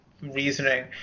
reasoning